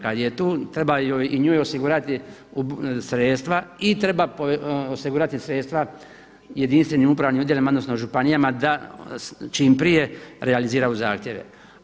Kad je tu treba i njoj osigurati sredstva i treba osigurati sredstva jedinstvenim upravnim odjelima, odnosno županijama da čim prije realiziraju zahtjeve.